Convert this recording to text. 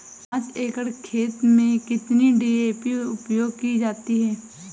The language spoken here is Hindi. पाँच एकड़ खेत में कितनी डी.ए.पी उपयोग की जाती है?